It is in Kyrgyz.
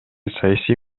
саясий